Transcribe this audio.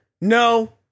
No